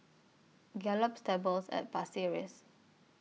Gallop Stables At Pasir Ris